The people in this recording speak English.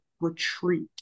retreat